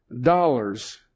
dollars